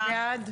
מי בעד?